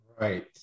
Right